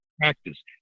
practice